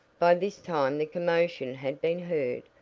by this time the commotion had been heard,